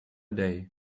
day